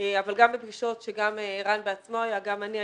אבל גם בפגישות שערן השתתף בהן וגם אני.